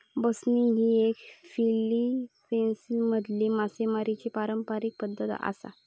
बसनिग ही फिलीपिन्समधली मासेमारीची पारंपारिक पद्धत आसा